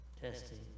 Testing